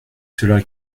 cela